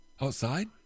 outside